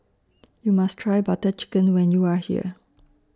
YOU must Try Butter Chicken when YOU Are here